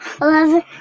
eleven